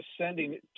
ascending